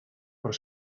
però